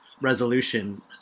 resolution